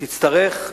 תצטרך,